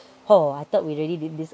[ho] I thought we really did this